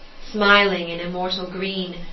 smiling in immortal green,